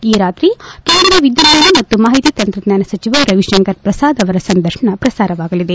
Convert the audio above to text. ಈ ರಾತ್ರಿ ಕೇಂದ್ರ ವಿದ್ಯುನ್ನಾನ ಮತ್ತು ಮಾಹಿತಿ ತಂತ್ರಜ್ವಾನ ಸಚಿವ ರವಿಶಂಕರ್ ಪ್ರಸಾದ್ ಅವರ ಸಂದರ್ಶನ ಪ್ರಸಾರವಾಗಲಿದೆ